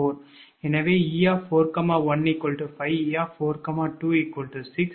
எனவே 𝑒 41 5 𝑒 42 6 𝑒 43 7 𝑒 44 8